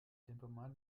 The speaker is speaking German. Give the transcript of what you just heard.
tempomat